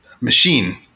machine